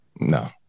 No